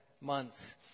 months